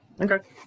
Okay